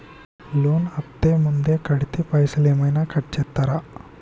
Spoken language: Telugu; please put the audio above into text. లోన్ అత్తే ముందే కడితే పైసలు ఏమైనా కట్ చేస్తరా?